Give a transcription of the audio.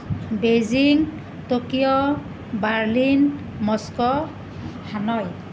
Beijing Tokyo Berlin Moscow Hanoi